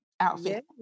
outfit